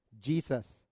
Jesus